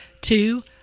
Two